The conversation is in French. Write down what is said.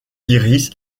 yrieix